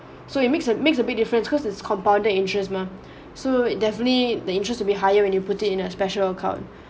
so it makes it makes a big difference cause it's compounded interest mah so definitely the interest would be higher when you put it in a special account